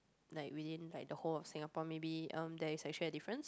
like within like the whole of Singapore maybe um there is actually a difference